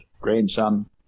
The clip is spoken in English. grandson